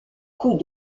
coups